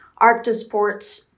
Arctosports